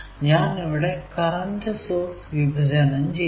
ഞാൻ ഇവിടെ current source വിഭജനം ചെയ്യുന്നു